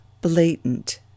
blatant